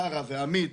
קרא ועמית,